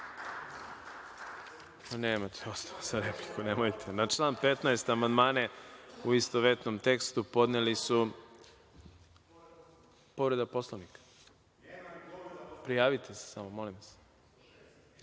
Nemate osnova za repliku, nemojte. Na član 15. amandmane, u istovetnom tekstu, podneli su…Povreda Poslovnika? Prijavite se samo. Izvolite.